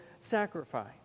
sacrifice